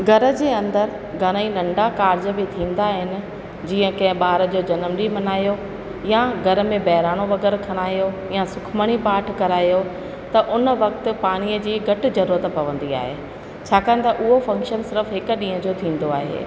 घर जे अंदरि घणेई नंढा कार्ज बि थींदा आहिनि जीअं कंहिं ॿार जो जनमॾींहुं मल्हायो या घर में बहिराणो वग़ैरह खणायो या सुखमणी पाठु करायो त उन वक़्तु पाणीअ जी घटि ज़रूरत पवंदी आहे छाकाणि त उहो फंक्शन सिर्फ़ु हिकु ॾींहं जो थींदो आहे